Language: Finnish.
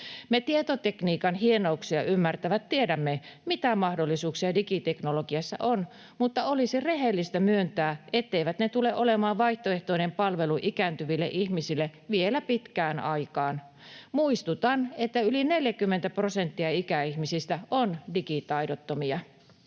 Me tietotekniikan hienouksia ymmärtävät tiedämme, mitä mahdollisuuksia digiteknologiassa on, mutta olisi rehellistä myöntää, etteivät ne tule olemaan vaihtoehtoinen palvelu ikääntyville ihmisille vielä pitkään aikaan. Muistutan, että yli 40 prosenttia ikäihmisistä on digitaidottomia.